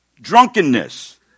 drunkenness